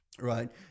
Right